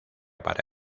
para